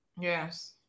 Yes